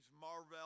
Marvel